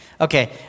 okay